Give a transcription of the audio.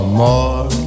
more